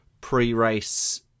pre-race